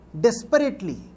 desperately